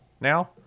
now